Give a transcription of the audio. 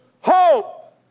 hope